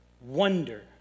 wonder